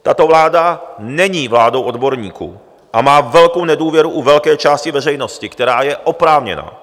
Tato vláda není vládou odborníků a má velkou nedůvěru u velké části veřejnosti, která je oprávněná.